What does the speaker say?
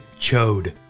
chode